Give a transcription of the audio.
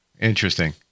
interesting